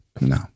No